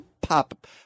pop